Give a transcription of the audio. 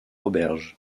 auberge